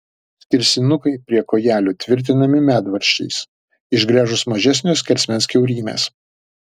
skersinukai prie kojelių tvirtinami medvaržčiais išgręžus mažesnio skersmens kiaurymes